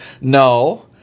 No